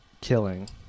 killing